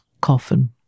coffin